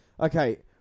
Okay